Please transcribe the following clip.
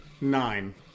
nine